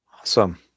Awesome